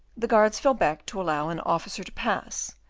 the guards fell back to allow an officer to pass,